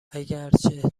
اگرچه